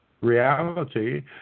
reality